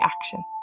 action